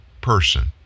person